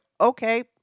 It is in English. okay